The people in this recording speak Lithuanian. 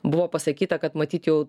buvo pasakyta kad matyt jau